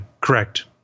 correct